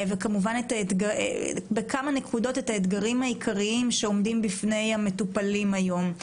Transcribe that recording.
את האתגרים העיקריים שעומדים בפני המטופלים היום,